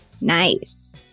Nice